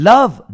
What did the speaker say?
Love